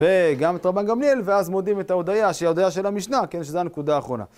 ו..גם את רבן גמליאל, ואז מודים את ההודיה, שהיא ההודיה של המשנה, כן? שזה הנקודה האחרונה.